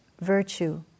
Virtue